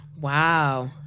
Wow